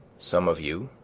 some of you,